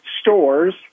stores